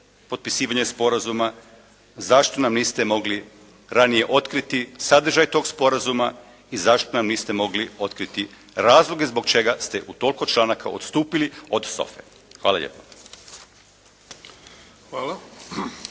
potpisivanje sporazuma, zašto nam niste mogli ranije otkriti sadržaj tog sporazuma i zašto nam niste mogli otkriti razloge zbog čega ste u toliko članaka odstupili od SOFA-e. Hvala lijepo.